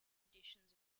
editions